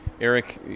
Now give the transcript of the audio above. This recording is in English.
Eric